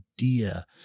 idea